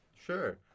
Sure